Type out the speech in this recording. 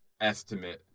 estimate